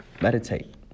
Meditate